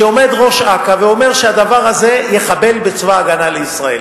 כשעומד ראש אכ"א ואומר שהדבר הזה יחבל בצבא-הגנה לישראל.